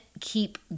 keep